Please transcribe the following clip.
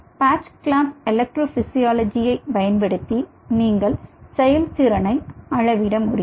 batch clamp எலக்ட்ரோபிசியாலஜியைப் பயன்படுத்தி நீங்கள் செயல் திறனை அளவிட முடியும்